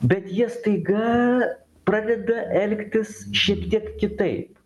bet jie staiga pradeda elgtis šiek tiek kitaip